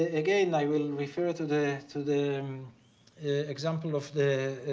again, i will refer to the to the example of the